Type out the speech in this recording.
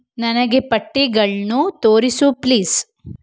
ನನಗೆ ಪಟ್ಟಿಗಳನ್ನೂ ತೋರಿಸು ಪ್ಲೀಸ್